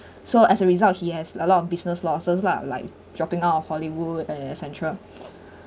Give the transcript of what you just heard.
so as a result he has a lot of business losses lah like dropping out of hollywood and etcetera